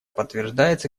подтверждается